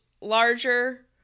larger